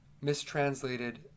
mistranslated